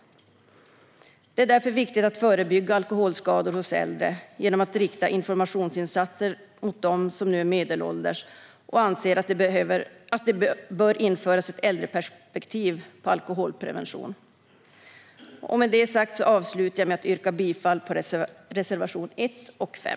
Det är därför viktigt att förebygga alkoholskador hos äldre genom att rikta informationsinsatser mot dem som nu är medelålders, och vi anser att det bör införas ett äldreperspektiv på alkoholprevention. Med det sagt avslutar jag med att yrka bifall till reservationerna 1 och 5.